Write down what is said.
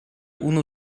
unu